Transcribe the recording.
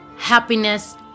Happiness